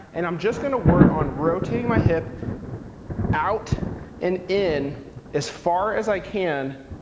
and i'm just going to work on rotating my hip out and in as far as i can,